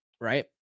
right